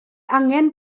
angen